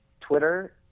Twitter